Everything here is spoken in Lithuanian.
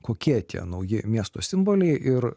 kokie tie nauji miesto simboliai ir